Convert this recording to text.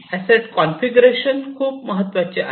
asset configuration खूप महत्वाचे आहे